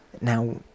Now